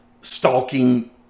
stalking